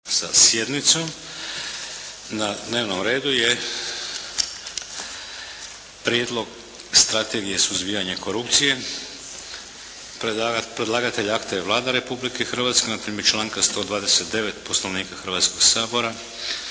sjednicom. Na dnevnom redu je: 1. Prijedlog strategije suzbijanja korupcije Predlagatelj akta je Vlada Republike Hrvatske na temelju članka 129. Poslovnika Hrvatskog sabora.